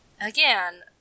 again